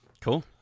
cool